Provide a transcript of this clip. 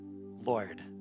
Lord